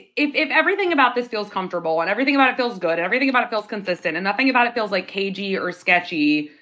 if if everything about this feels comfortable and everything about it feels good and everything about it feels consistent and nothing about it feels, like, cagey or sketchy,